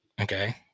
Okay